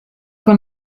con